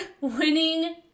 winning